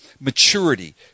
Maturity